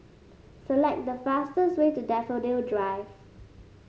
select the fastest way to Daffodil Drive